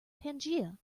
pangaea